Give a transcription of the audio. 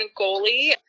goalie